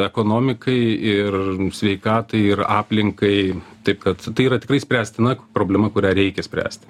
ekonomikai ir sveikatai ir aplinkai taip kad tai yra tikrai spręstina problema kurią reikia spręsti